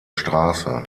straße